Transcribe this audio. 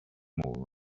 more